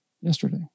yesterday